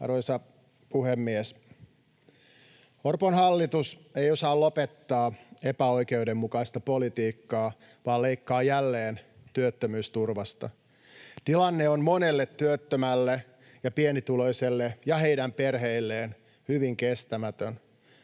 Arvoisa puhemies! Orpon hallitus ei osaa lopettaa epäoikeudenmukaista politiikkaa vaan leikkaa jälleen työttömyysturvasta. Tilanne on monelle työttömälle ja pienituloiselle ja heidän perheelleen hyvin kestämätön.